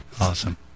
Awesome